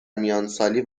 میانسالی